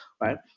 Right